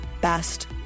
best